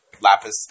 Lapis